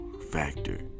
factor